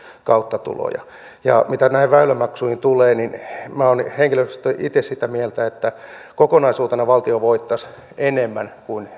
kautta tuloja mitä näihin väylämaksuihin tulee olen henkilökohtaisesti itse sitä mieltä että kokonaisuutena valtio voittaisi enemmän kuin